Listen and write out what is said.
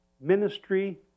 ministry